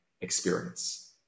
experience